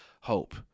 hope